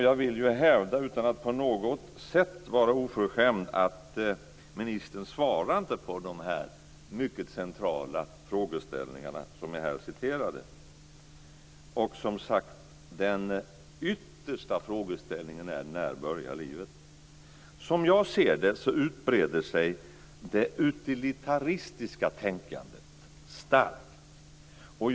Jag vill - utan att på något sätt vara oförskämd - hävda att ministern inte svarar på de mycket centrala frågeställningar som jag här återger. Den yttersta frågeställningen är som sagt: När börjar livet? Som jag ser det så utbreder sig det utilitaristiska tänkandet starkt.